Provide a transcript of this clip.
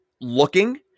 looking